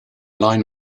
line